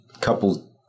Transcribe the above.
couple